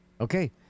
okay